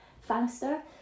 faster